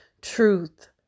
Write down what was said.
truth